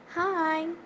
Hi